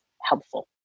helpful